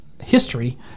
history